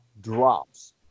drops